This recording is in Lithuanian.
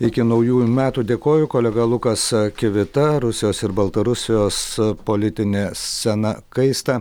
iki naujųjų metų dėkoju kolega lukas kivita rusijos ir baltarusijos politinė scena kaista